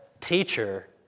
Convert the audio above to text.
Teacher